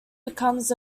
becomes